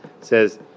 says